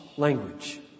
language